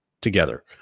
together